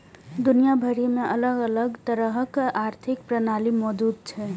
दुनिया भरि मे अलग अलग तरहक आर्थिक प्रणाली मौजूद छै